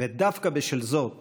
ודווקא בשל זאת